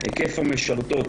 היקף המשרתות,